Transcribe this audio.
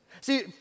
See